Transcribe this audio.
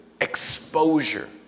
exposure